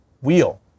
wheel